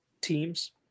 teams